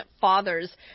fathers